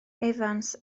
evans